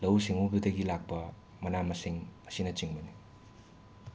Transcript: ꯂꯧꯎ ꯁꯤꯡꯎꯕꯗꯒꯤ ꯂꯥꯛꯄ ꯃꯅꯥ ꯃꯁꯤꯡ ꯑꯁꯤꯅꯆꯤꯡꯕꯅꯤ